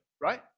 right